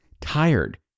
tired